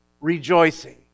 rejoicing